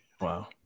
Wow